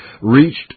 reached